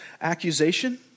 accusation